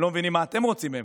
הם לא מבינים מה אתם רוצים מהם.